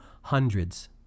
hundreds